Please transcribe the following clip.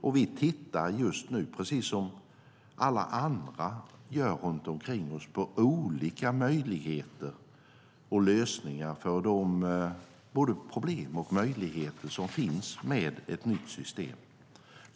Just nu tittar vi, precis som alla andra runt omkring oss, på olika lösningar på de problem och även möjligheter som finns med ett nytt system.